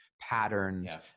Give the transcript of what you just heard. patterns